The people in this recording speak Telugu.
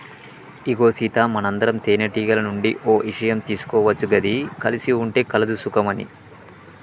ఇగో సీత మనందరం తేనెటీగల నుండి ఓ ఇషయం తీసుకోవచ్చు గది కలిసి ఉంటే కలదు సుఖం అని